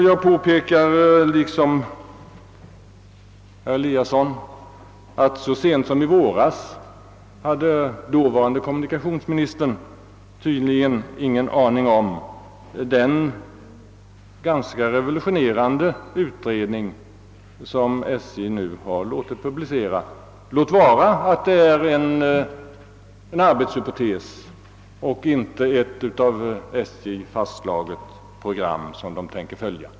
Jag vill liksom herr Eliasson påpeka att dåvarande kommunikationsministern så sent som i våras tydligen inte hade någon aning om den ganska revolutionerande utredning, som SJ nu har låtit publicera, låt vara att det gäller en arbetshypotes och inte ett av SJ fastslaget program som man tänker följa.